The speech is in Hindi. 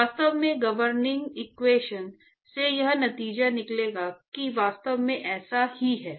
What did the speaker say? वास्तव में गवर्निंग इक्वेशन्स से यह नतीजा निकलेगा कि वास्तव में ऐसा ही है